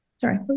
Sorry